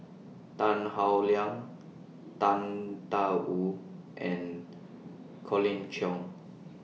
Tan Howe Liang Tang DA Wu and Colin Cheong